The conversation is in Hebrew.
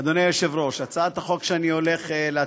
אדוני יושב-ראש ועדת הכלכלה, תציג את